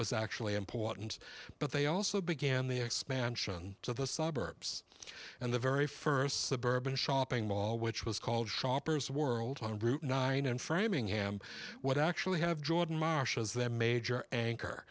was actually important but they also began the expansion to the suburbs and the very first suburban shopping mall which was called shoppers world on route nine in framingham what actually have jordan matias their major anchor